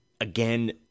again